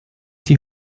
die